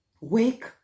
Wake